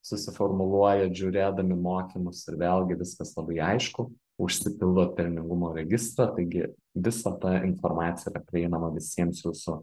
susiformuluojat žiūrėdami mokymus ir vėlgi viskas labai aišku užsipildot pelningumo registrą taigi visa ta informacija yra prieinama visiems jūsų